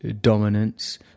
dominance